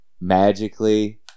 magically